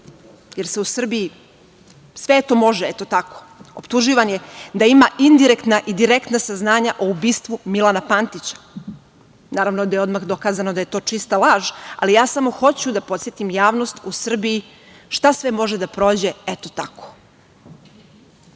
jer se u Srbiji sve to može – eto tako, optuživan je da ima indirektna i direktna saznanja o ubistvu Milana Pantića. Naravno da je odmah dokazano da je to čista laž, ali ja samo hoću da podsetim javnost u Srbiji šta sve može da prođe – eto tako. Prava